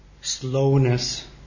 slowness